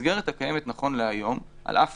שהמסגרת הקיימת נכון להיום, על אף